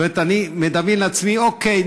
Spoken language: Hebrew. אני מדמיין לעצמי: אוקיי,